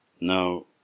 now